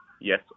yes